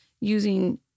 using